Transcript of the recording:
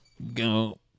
go